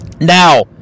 Now